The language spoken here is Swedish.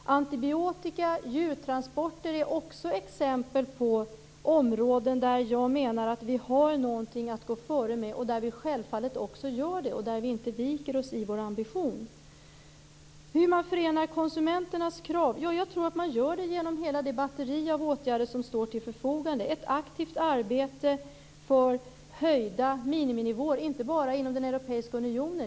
Andra exempel på områden där vi har någonting att gå före med är antibiotika och djurtransporter. Där viker vi oss inte i vår ambition. Hur man förenar konsumenternas krav? Ja, jag tror att man gör det genom hela det batteri av åtgärder som står till förfogande, t.ex. genom ett aktivt arbete för höjda miniminivåer, inte bara inom den europeiska unionen.